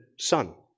son